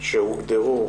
שהוגדרו